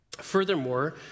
Furthermore